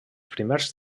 primers